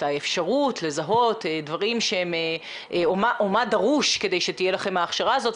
את האפשרות לזהות מה דרוש כדי שתהיה לכם ההכשרה הזאת?